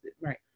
Right